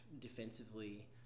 defensively